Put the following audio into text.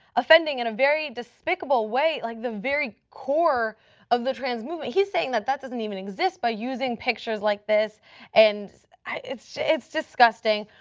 offending, in a very despicable way like, the very core of the trans movement. he is saying that that doesn't even exist by using pictures like this and it's just, it's disgusting.